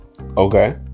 Okay